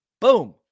Boom